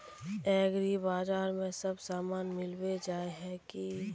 एग्रीबाजार में सब सामान मिलबे जाय है की?